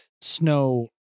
snow